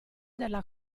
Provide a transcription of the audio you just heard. della